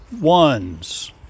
ones